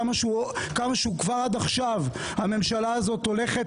עד כמה שכבר עכשיו הממשלה הזאת הולכת